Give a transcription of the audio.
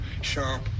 sharp